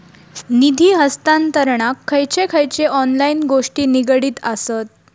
निधी हस्तांतरणाक खयचे खयचे ऑनलाइन गोष्टी निगडीत आसत?